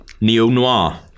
neo-noir